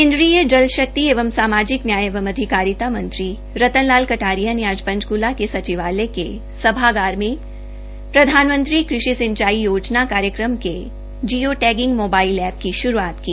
केन्द्रीय जलशक्ति एवं सामाजिक न्याय एवं अधिकारिता मंत्री रतन लाल कटारिया ने आज पंचकूला के सचिवालय के सभागार में प्रधानमंत्री कृषि सिंचाई योजना कार्यक्रम के जीयो टैगिंग मोबाईल एप की शुरूआत की